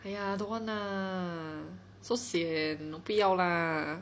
!aiya! don't want lah so sian leh 不要 lah